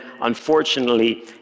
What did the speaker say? unfortunately